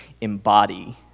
embody